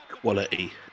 quality